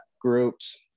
groups